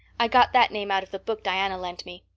i got that name out of the book diana lent me.